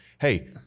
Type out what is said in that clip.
Hey